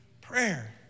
prayer